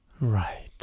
Right